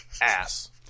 Ass